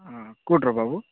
ଆଁ କୋଉଠିକାର ବାବୁ